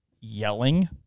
yelling